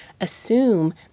assume